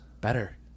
better